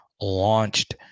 launched